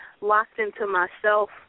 locked-into-myself